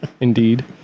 indeed